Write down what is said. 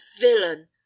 villain